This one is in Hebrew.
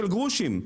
של גרושים.